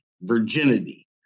virginity